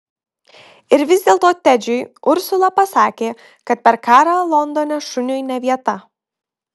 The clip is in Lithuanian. ir vis dėlto tedžiui ursula pasakė kad per karą londone šuniui ne vieta